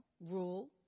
rule